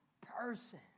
person